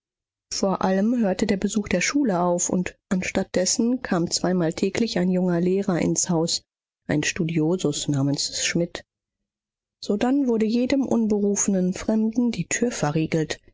vor allem hörte der besuch der schule auf und anstatt dessen kam zweimal täglich ein junger lehrer ins haus ein studiosus namens schmidt sodann wurde jedem unberufenen fremden die tür verriegelt